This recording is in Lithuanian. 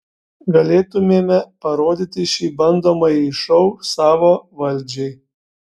galėtumėme parodyti šį bandomąjį šou savo valdžiai